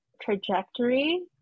trajectory